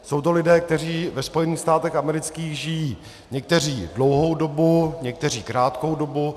Jsou to lidé, kteří ve Spojených státech amerických žijí někteří dlouhou dobu, někteří krátkou dobu.